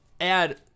add